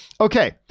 Okay